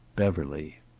beverly.